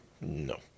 no